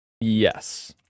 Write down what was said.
Yes